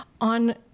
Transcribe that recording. on